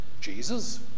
Jesus